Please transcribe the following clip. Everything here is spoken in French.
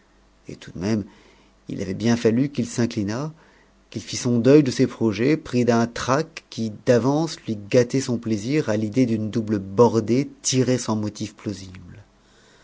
et tout de même il avait bien fallu qu'il s'inclinât qu'il fît son deuil de ses projets pris d'un trac qui d'avance lui gâtait son plaisir à l'idée d'une double bordée tirée sans motifs plausibles